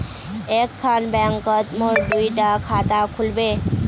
एक खान बैंकोत मोर दुई डा खाता खुल बे?